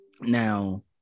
now